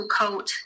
coat